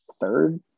third